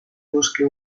bosque